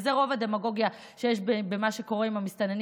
וזו רוב הדמגוגיה שיש במה שקורה עם המסתננים